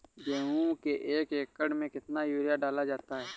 गेहूँ के एक एकड़ में कितना यूरिया डाला जाता है?